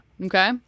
Okay